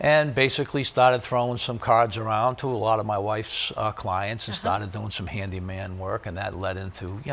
and basically started throwing some cards around to a lot of my wife's clients and started their own some handyman work and that led into you